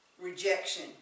rejection